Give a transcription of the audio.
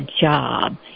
job